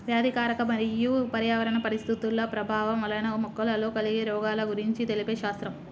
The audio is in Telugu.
వ్యాధికారక మరియు పర్యావరణ పరిస్థితుల ప్రభావం వలన మొక్కలలో కలిగే రోగాల గురించి తెలిపే శాస్త్రం